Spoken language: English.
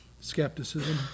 skepticism